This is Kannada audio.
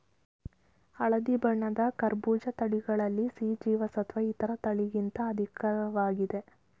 ಹಳದಿ ಬಣ್ಣದ ಕರ್ಬೂಜ ತಳಿಗಳಲ್ಲಿ ಸಿ ಜೀವಸತ್ವ ಇತರ ತಳಿಗಳಿಗಿಂತ ಅಧಿಕ್ವಾಗಿದೆ